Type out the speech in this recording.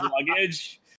luggage